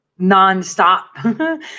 nonstop